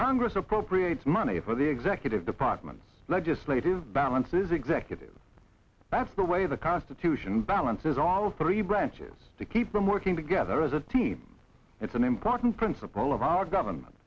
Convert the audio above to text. congress appropriates money for the executive department legislative balances executive that's the way the constitution balances all three branches to keep them working together as a team it's an important principle of our government